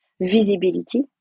visibility